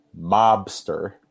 mobster